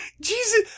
Jesus